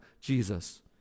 Jesus